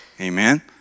Amen